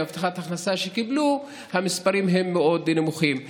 בהבטחת ההכנסה שקיבלו המספרים נמוכים מאוד.